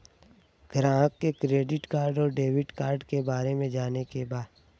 ग्राहक के credit card और डेविड कार्ड के बारे में जाने के बा?